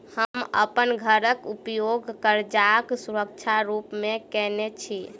हम अप्पन घरक उपयोग करजाक सुरक्षा रूप मेँ केने छी